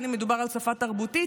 בין אם מדובר על שפה תרבותית,